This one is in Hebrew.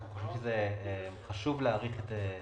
אנחנו חושבים שחשוב להאריך את האפשרות